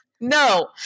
no